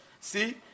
see